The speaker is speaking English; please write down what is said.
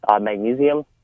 Magnesium